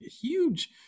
huge